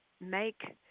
make